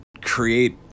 create